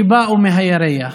שבאו מהירח.